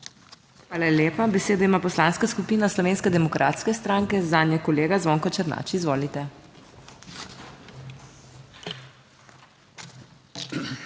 Hvala lepa. Besedo ima Poslanska skupina Slovenske demokratske stranke, zanjo kolega Zvonko Černač, izvolite. ZVONKO